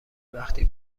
وقتی